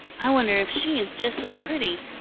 i wonder if she is just as pretty.